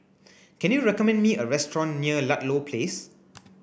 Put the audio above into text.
can you recommend me a restaurant near Ludlow Place